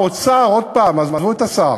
כשהאוצר, עוד פעם, עזבו את השר,